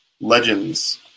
legends